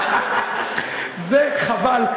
זה חבל,